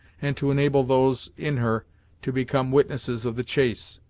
and to enable those in her to become witnesses of the chase.